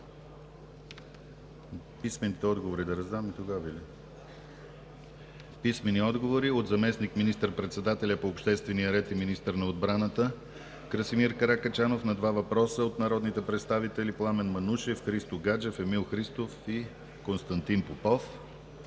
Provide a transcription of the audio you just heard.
Писмени отговори от: - заместник министър-председателя по обществения ред и министър на отбраната Красимир Каракачанов – на два въпроса от народните представители Пламен Манушев, Христо Гаджев, Емил Христов и Константин Попов;